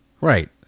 Right